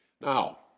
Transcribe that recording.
Now